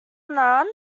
none